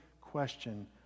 question